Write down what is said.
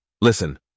Listen